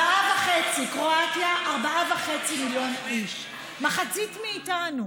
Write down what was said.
קרואטיה, 4.5 מיליון איש, מחצית מאיתנו,